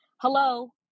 hello